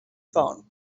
phone